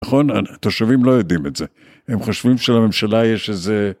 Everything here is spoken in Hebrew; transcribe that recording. נכון? התושבים לא יודעים את זה, הם חושבים שלממשלה יש איזה...